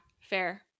Fair